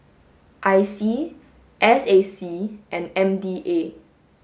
I C S A C and M D A